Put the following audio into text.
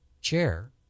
chair